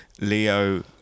leo